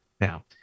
Now